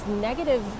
negative